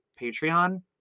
Patreon